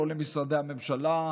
לא למשרדי הממשלה,